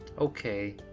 Okay